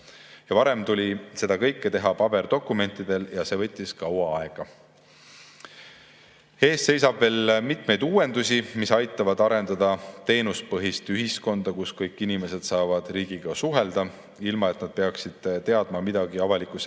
Varem tuli seda kõike teha paberdokumentidel ja see võttis kaua aega. Ees seisab veel mitmeid uuendusi, mis aitavad arendada teenuspõhist ühiskonda, kus kõik inimesed saavad riigiga suhelda, ilma et nad peaksid teadma midagi avaliku